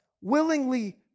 willingly